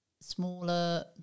smaller